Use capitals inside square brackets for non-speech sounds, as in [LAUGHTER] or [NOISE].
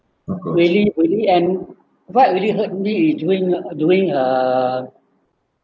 [NOISE] really really and what really hurt me is during during her